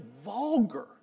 vulgar